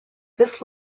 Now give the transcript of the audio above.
this